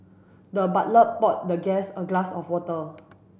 the butler poured the guest a glass of water